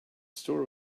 store